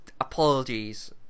apologies